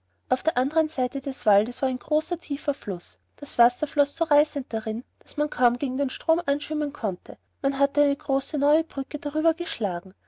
auf der andern seite des waldes war ein großer tiefer fluß das wasser floß so reißend darin daß man kaum gegen den strom anschwimmen konnte man hatte eine große neue brücke darüber geschlagen